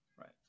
Right